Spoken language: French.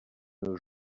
nos